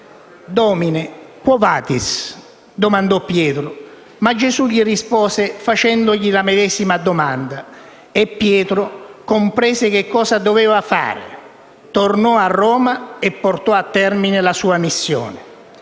*Domine, quo vadis*? - domandò Pietro. Ma Gesù gli rispose facendogli la medesima domanda, e Pietro comprese che cosa doveva fare: tornò a Roma e portò a termine la sua missione».